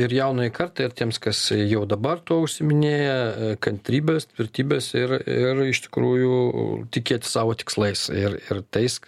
ir jaunajai kartai ir tiems kas jau dabar tuo užsiiminėja kantrybės tvirtybės ir ir iš tikrųjų tikėt savo tikslais ir ir tais